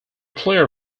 player